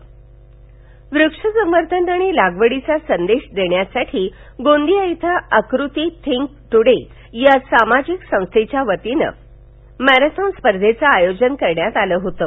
वृक्षथॉन वृक्ष सवर्धन आणि लागवडीचा संदेश देण्यासाठी गोंदिया इथं आकृती थिंक ट्रडे या सामाजिक संस्थेच्यावतीनं मॅरेथॉन स्पर्धेचं आयोजन करण्यात आलं होतं